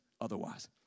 otherwise